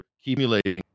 accumulating